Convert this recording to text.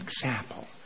example